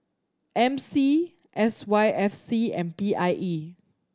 M C S Y F C and P I E